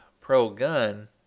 pro-gun